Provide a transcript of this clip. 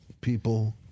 people